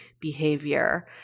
behavior